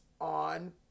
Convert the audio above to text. on